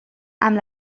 amb